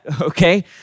okay